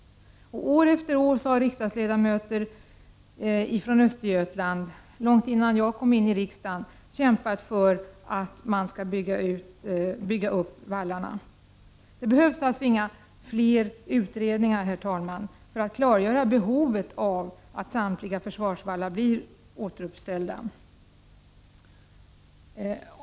År efter år har riksdagsledamöter ifrån Östergötland — långt innan jag kom in i riksdagen — kämpat för att man skall bygga upp vallarna. Det behövs inga fler utredningar, herr talman, för att klargöra behovet av att samtliga försvarsvallar blir återuppbyggda.